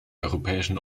europäischen